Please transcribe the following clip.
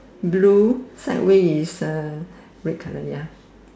blue sideway is uh red colour ya